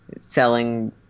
selling